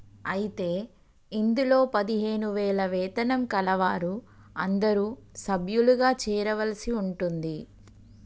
అయితే ఇందులో పదిహేను వేల వేతనం కలవారు అందరూ సభ్యులుగా చేరవలసి ఉంటుంది